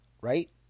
right